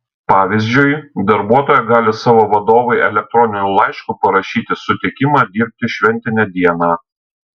pavyzdžiui darbuotoja gali savo vadovui elektroniniu laišku parašyti sutikimą dirbti šventinę dieną